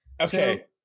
Okay